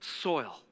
soil